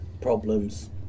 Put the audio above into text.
problems